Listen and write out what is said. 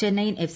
Chennaiyin F